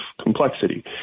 complexity